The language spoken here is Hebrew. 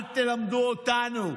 אל תלמדו אותנו.